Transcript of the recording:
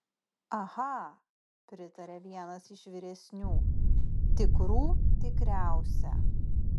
aha pritarė vienas iš vyresnių tikrų tikriausia